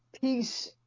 peace